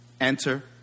Enter